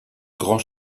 grand